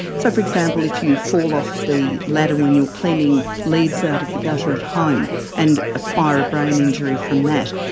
so for example if you fall off the ladder when you're cleaning leaves out of the gutter at home and acquire a brain injury from that,